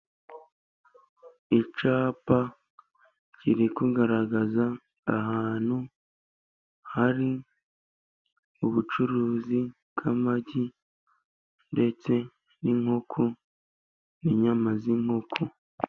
Icyapa kiri kugaragaza ahantu hari ubucuruzi bw'amagi ndetse n'inkoko, n'inyama z'inkoko.